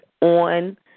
on